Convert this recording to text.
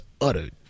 uttered